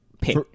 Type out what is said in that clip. Pick